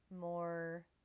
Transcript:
more